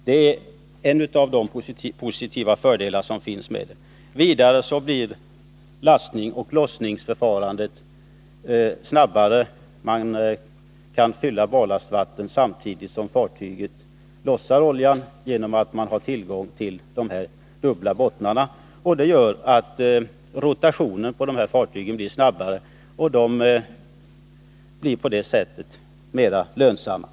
Det är en av fördelarna. Vidare går lastning och lossning snabbare — tack vare de dubbla bottnarna kan man fylla i ballastvatten samtidigt som man lossar oljan. Rotationen blir då snabbare och fartygen blir på det sättet mer lönsamma.